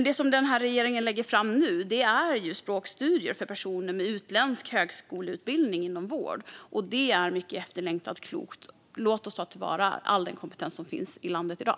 Det regeringen nu lägger fram handlar om språkstudier för personer med utländsk högskoleutbildning inom vård, och det är mycket efterlängtat och klokt. Låt oss ta till vara all den kompetens som finns i landet i dag!